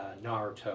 Naruto